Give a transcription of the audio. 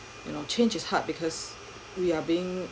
you know change is hard because we are being